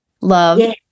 love